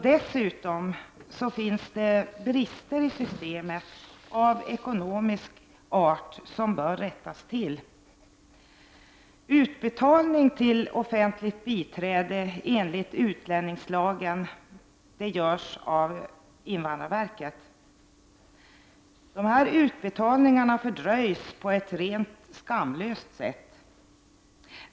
Dessutom finns det brister av ekonomisk art i systemet, vilka bör rättas till. Utbetalning till offentligt biträde enligt utlänningslagen görs av invandrarverket. Dessa utbetalningar fördröjs på ett rent skamligt sätt.